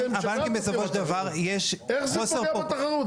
הבנקים בסופו של דבר יש חוסר --- איך זה פוגע בתחרות,